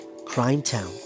Crimetown